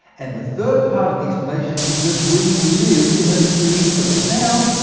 and the third part of the explanation is that we live in a sea of sound,